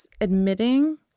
admitting